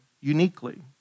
uniquely